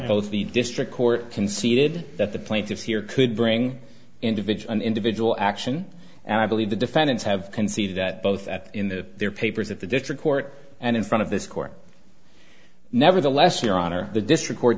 both the district court conceded that the plaintiffs here could bring individual individual action and i believe the defendants have conceded that both at the their papers at the district court and in front of this court nevertheless your honor the district court